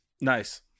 Nice